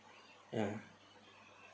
ya